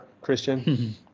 Christian